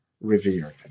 revered